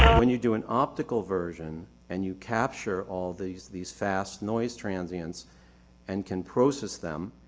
when you do an optical version and you capture all these these fast noise transients and can process them,